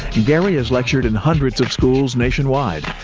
gary has lectured in hundreds of schools nationwide,